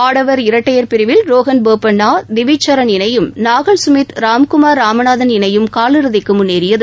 ஆடவர் இரட்டையர் பிரிவில் ரோகன் போபண்ணா திவிஜ் சரண் இணையும் நாகல் சுமித் ராம்குமார் ராமநாதன் இணையும் காலிறுதிக்கு முன்னேறியது